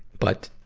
but,